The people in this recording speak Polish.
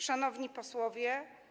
Szanowni Posłowie!